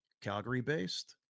Calgary-based